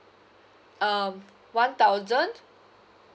um one thousand